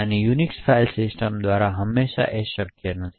અને Unix file systems દ્વારા હંમેશા શક્ય નથી